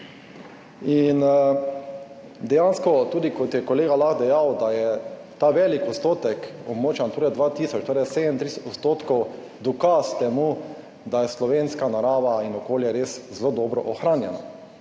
in dejansko, tudi, kot je kolega Lah dejal, da je ta velik odstotek območja Nature 2000, torej 37 % dokaz temu, da je slovenska narava in okolje res zelo dobro ohranjeno.